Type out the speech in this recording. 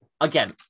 again